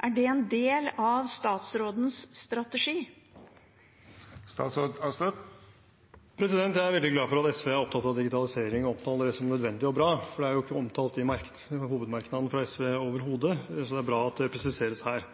Er det en del av statsrådens strategi? Jeg er veldig glad for at SV er opptatt av digitalisering og omtaler det som nødvendig og bra, for det er ikke omtalt i hovedmerknaden fra SV overhodet. Det er bra at det presiseres her.